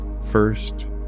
First